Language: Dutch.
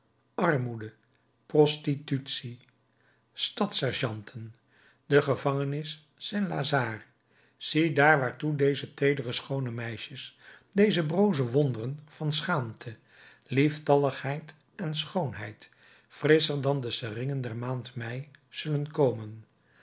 armoede prostitutie stadssergeanten de gevangenis st lazare ziedaar waartoe deze teedere schoone meisjes deze broze wonderen van schaamte lieftalligheid en schoonheid frisscher dan de seringen der maand mei zullen komen